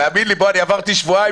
תאמין לי, אני עברתי שבועיים